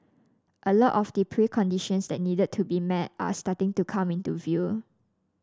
a lot of the preconditions that needed to be met are starting to come into view